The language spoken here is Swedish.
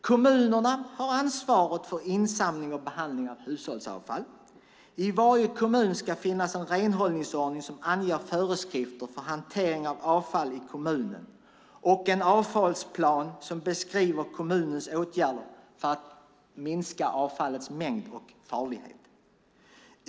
Kommunerna har ansvaret för insamling och behandling av hushållsavfall. I varje kommun ska det finnas en renhållningsordning som anger föreskrifter för hantering av avfall i kommunen och en avfallsplan som beskriver kommunens åtgärder för att minska avfallets mängd och farlighet.